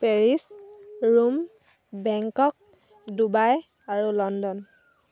Paris Rome Bangkok Dubai আৰু London